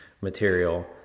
material